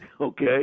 Okay